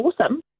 awesome